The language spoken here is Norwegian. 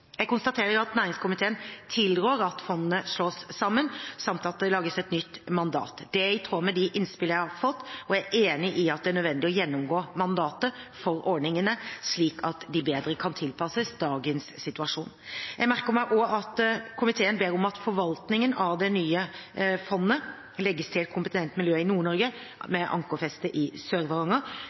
Jeg konstaterer at næringskomiteen tilrår at fondene slås sammen, samt at det lages et nytt mandat. Det er i tråd med de innspill jeg har fått, og jeg er enig i at det er nødvendig å gjennomgå mandatet for ordningene, slik at de bedre kan tilpasses dagens situasjon. Jeg merker meg også at komiteen ber om at forvaltningen av det nye fondet legges til et kompetent miljø i Nord-Norge, med ankerfeste i